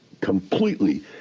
completely